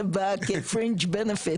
זה בא כפרנצ' בניפיט,